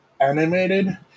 animated